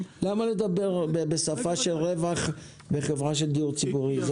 -- למה לדבר בשפה של רווח בחברה של דיור הציבורי?